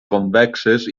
convexes